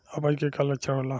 अपच के का लक्षण होला?